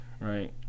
right